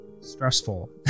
stressful